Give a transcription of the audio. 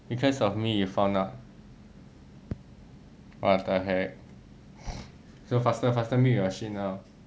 because of me you found out what the heck so faster faster mute your machine now